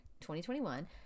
2021